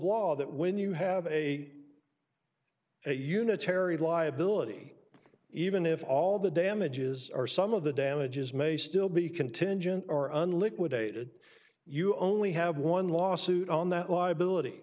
law that when you have a a unitary liability even if all the damages are some of the damages may still be contingent or an liquidated you only have one lawsuit on that liability